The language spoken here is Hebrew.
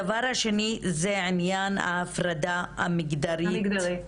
הדבר השני זה עניין ההפרדה המגדרית.